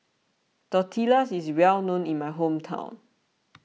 Tortillas is well known in my hometown